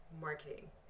marketing